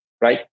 Right